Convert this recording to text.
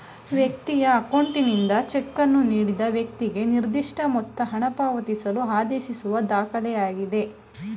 ವ್ಯಕ್ತಿಯ ಅಕೌಂಟ್ನಿಂದ ಚೆಕ್ಕನ್ನು ನೀಡಿದ ವ್ಯಕ್ತಿಗೆ ನಿರ್ದಿಷ್ಟಮೊತ್ತ ಹಣಪಾವತಿಸಲು ಆದೇಶಿಸುವ ದಾಖಲೆಯಾಗಿದೆ